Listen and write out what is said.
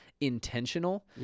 intentional